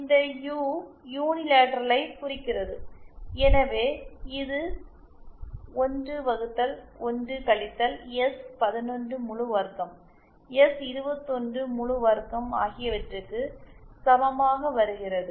இந்த யு யூனிலேட்ரலை குறிக்கிறது எனவே இது 1 வகுத்தல்1 கழித்தல் எஸ்11 முழு வர்க்கம் எஸ்21 முழு வர்க்கம் ஆகியவற்றுக்கு சமமாக வருகிறது